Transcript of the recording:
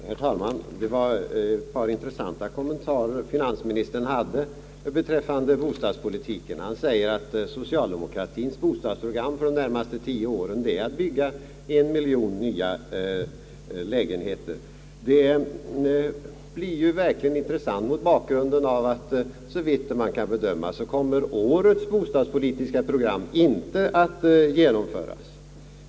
Herr talman! Det var ett par intressanta kommentarer finansministern gjorde beträffande bostadspolitiken. Han sade att socialdemokratiens bostadsprogram för de närmaste tio åren fortfarande är att bygga en miljon nya bostäder. Det är verkligen intressant mot bakgrunden av att årets bostadspolitiska program, såvitt man kan bedöma, inte kommer att genomföras.